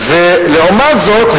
לעומת זאת,